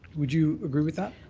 would you agree with that?